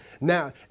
Now